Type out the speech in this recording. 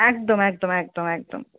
একদম একদম একদম একদম